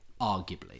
Arguably